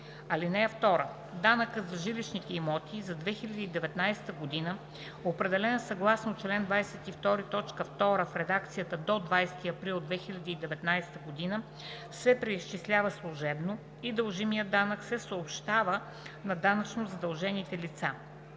ал. 2. (2) Данъкът за жилищните имоти за 2019 г., определен съгласно чл. 22, т. 2 в редакцията до 20 април 2019 г., се преизчислява служебно и дължимият данък се съобщава на данъчно задължените лица.